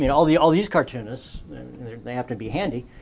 mean, all these all these cartoonists and they may have to be handy,